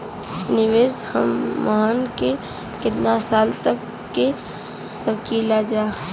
निवेश हमहन के कितना साल तक के सकीलाजा?